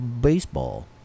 baseball